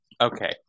Okay